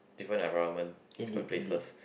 different environment different places